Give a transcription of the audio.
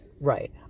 Right